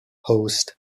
host